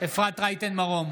אפרת רייטן מרום,